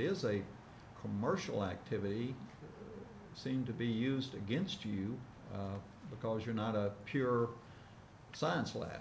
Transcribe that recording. is a commercial activity seemed to be used against you because you're not a pure science lab